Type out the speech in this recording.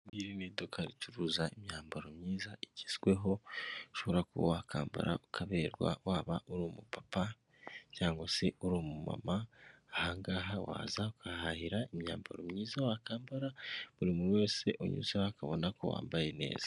Iri ni iduka ricuruza imyambaro myiza igezweho, ushobora kuba wakambara ukaberwa, waba uri umupapa cyangwa se uri umumama, aha ngaha waza ukahahahira imyambaro myiza wakambara, buri muntu wese unyuzeho akabona ko wambaye neza.